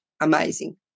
amazing